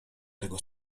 tego